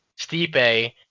Stipe